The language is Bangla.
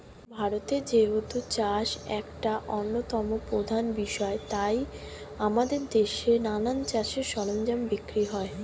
ভারতে যেহেতু চাষ একটা অন্যতম প্রধান বিষয় তাই আমাদের দেশে নানা চাষের সরঞ্জাম বিক্রি হয়